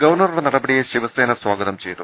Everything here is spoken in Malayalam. ഗവർണ റുടെ നടപടിയെ ശിവസേന സ്വാഗതം ചെയ്തു